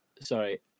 Sorry